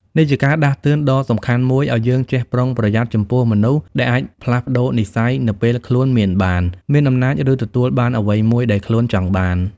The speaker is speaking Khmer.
នេះជាការដាស់តឿនដ៏សំខាន់មួយឲ្យយើងចេះប្រុងប្រយ័ត្នចំពោះមនុស្សដែលអាចផ្លាស់ប្តូរនិស្ស័យនៅពេលខ្លួនមានបាន មានអំណាច ឬទទួលបានអ្វីមួយដែលខ្លួនចង់បាន។